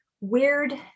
weird